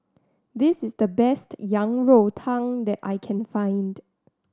this is the best Yang Rou Tang that I can find